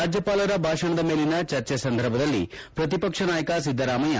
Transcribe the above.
ರಾಜ್ಯವಾಲರ ಭಾಷಣದ ಮೇಲಿನ ಚರ್ಚಿ ಸಂದರ್ಭದಲ್ಲಿ ಪ್ರತಿಪಕ್ಷ ನಾಯಕ ಸಿದ್ದರಾಮಯ್ಯ